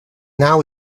now